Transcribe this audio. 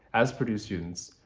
as purdue students,